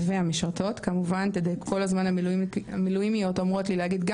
והמשרתות כמובן כדי כל הזמן המילואימיות אומרות לי להגיד גם